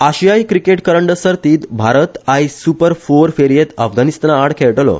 Asia cricket करंड सर्तीत भारत आयज सुपर फोर फेरयेत अफगाणिस्ताना आड खेळटलो